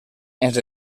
ens